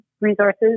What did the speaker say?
resources